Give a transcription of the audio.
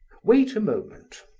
wait a moment.